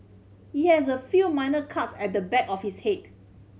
he has a few minor cuts at the back of his head